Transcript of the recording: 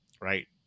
right